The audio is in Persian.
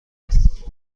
است